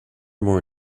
more